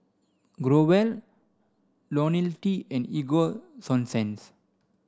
Growell lonil T and Ego sunsense